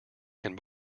can